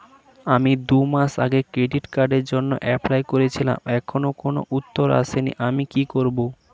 আমি দুমাস আগে ক্রেডিট কার্ডের জন্যে এপ্লাই করেছিলাম এখনো কোনো উত্তর আসেনি আমি কি করব?